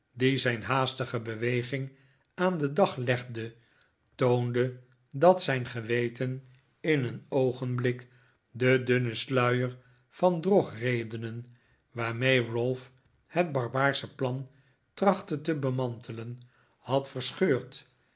die zijn haastige beweging aan den dag legde toonde dat zijn geweten in een oogenblik den dunnen sluier van drogredenen waarmee ralph het barbaarsche plan trachtte te bemantelen had verscheurd